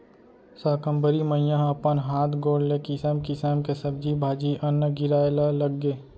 साकंबरी मईया ह अपन हात गोड़ ले किसम किसम के सब्जी भाजी, अन्न गिराए ल लगगे